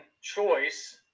choice